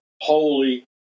holy